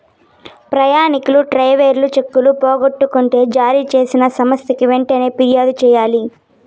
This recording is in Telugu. ప్రయాణికులు ట్రావెలర్ చెక్కులు పోగొట్టుకుంటే జారీ చేసిన సంస్థకి వెంటనే ఫిర్యాదు చెయ్యాలి